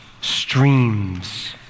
streams